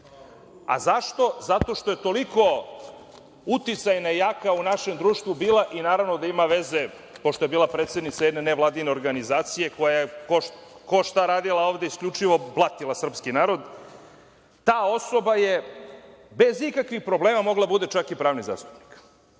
Zašto? Zato što je toliko uticajna i jaka u našem društvu bila i naravno da ima veze, pošto je bila predsednica jedne nevladine organizacije koja je ko šta radila ovde, isključivo blatila srpski narod. Ta osoba je bez ikakvih problema mogla da bude čak i pravni zastupnik,